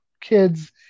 kids